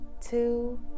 two